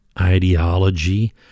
ideology